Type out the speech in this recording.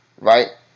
Right